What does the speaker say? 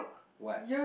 what